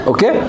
Okay